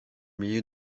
milieu